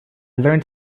learned